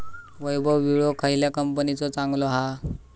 वैभव विळो खयल्या कंपनीचो चांगलो हा?